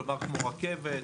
כלומר, כמו רכבת.